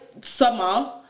summer